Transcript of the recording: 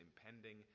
impending